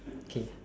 okay